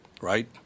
right